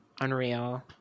unreal